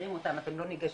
מזהירים אותם אתם לא ניגשים,